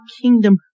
kingdom